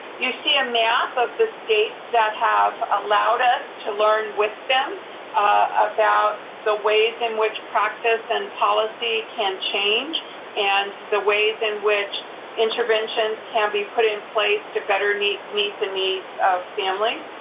you see a map of the states that have allowed us to learn with them about the ways in which practice and policy can change and the ways in which intervention can be put in place to better meet the the needs of families.